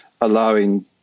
allowing